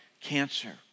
cancer